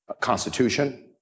constitution